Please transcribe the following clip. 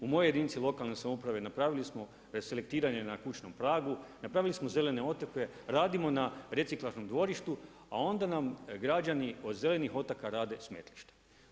U mojoj jedinici lokalne samouprave, napravili smo selektiranje na kućnom pragu, napravili smo zelene otoke, radimo na reciklažnom dvorištu, a onda nam građani od zelenih otoka rade smetlišta.